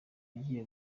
agiye